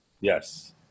Yes